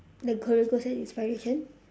the career goals and inspiration